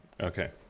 Okay